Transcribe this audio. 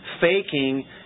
faking